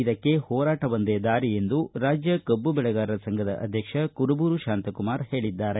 ಇದಕ್ಕೆ ಹೋರಾಟವೊಂದೆ ದಾರಿ ಎಂದು ರಾಜ್ಯ ಕಬ್ಬು ಬೆಳೆಗಾರರ ಸಂಘದ ಅಧ್ಯಕ್ಷ ಕುರಬೂರು ಶಾಂತಕುಮಾರ ಹೇಳಿದ್ದಾರೆ